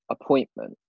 appointment